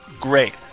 Great